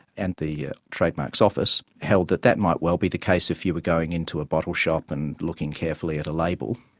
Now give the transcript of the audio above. and the trademarks office held that that might well be the case if you were going into a bottleshop and looking carefully at a label,